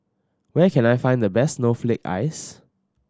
where can I find the best snowflake ice